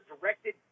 directed